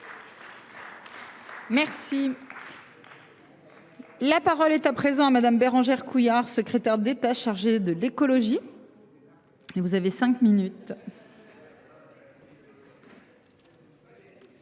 près. La parole est à présent à Madame. Bérangère Couillard, secrétaire d'État chargée de l'écologie. Et vous avez 5 minutes.